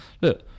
look